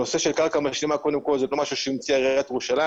הנושא של קרקע משלימה זה לא משהו שהמציאה עיריית ירושלים.